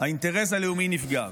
האינטרס הלאומי נפגע.